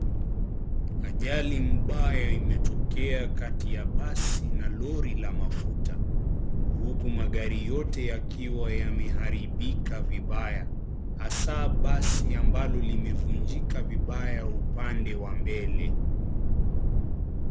Ajali mbaya imetokea kati ya basi na lori la mafuta. Huku magari yote yakiwa yameharibika vibaya, hasa basi ambalo limevunjika vibaya upande wa mbele.